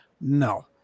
No